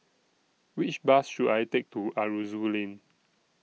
Which Bus should I Take to Aroozoo Lane